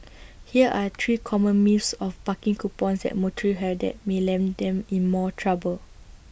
here are three common myths of parking coupons that motorists have that may land them in more trouble